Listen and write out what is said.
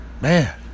Man